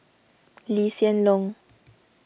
Lee Hsien Loong